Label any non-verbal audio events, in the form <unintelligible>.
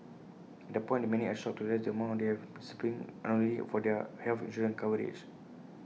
and point many are shocked to realise the amount they have <unintelligible> been unknowingly for their health insurance coverage